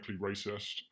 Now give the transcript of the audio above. racist